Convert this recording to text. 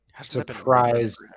surprise